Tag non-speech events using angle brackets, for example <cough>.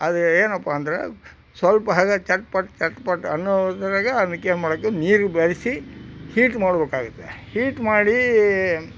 ಆದರೆ ಏನಪ್ಪ ಅಂದರೆ ಸ್ವಲ್ಪ ಹಾಗೆ ಚಟ್ ಪಟ್ ಚಟ್ ಪಟ್ ಅನ್ನೋ ಇದರಾಗೆ ಅದಕ್ಕೆ <unintelligible> ನೀರು ಬೆರೆಸಿ ಹೀಟ್ ಮಾಡಬೇಕಾಗುತ್ತೆ ಹೀಟ್ ಮಾಡಿ